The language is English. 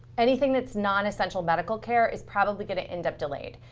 anything that's nonessential medical care is probably going to end up delayed.